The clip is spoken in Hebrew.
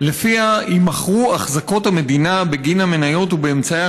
יימכרו אחזקות המדינה בגין המניות ואמצעי